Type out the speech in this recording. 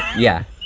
yeah,